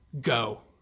go